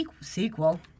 Sequel